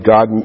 God